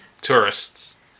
tourists